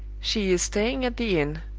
she is staying at the inn,